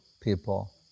people